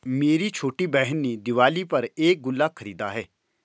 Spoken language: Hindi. मेरी छोटी बहन ने दिवाली पर एक गुल्लक खरीदा है